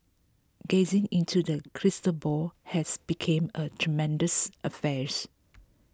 gazing into the crystal ball has become a treacherous affairs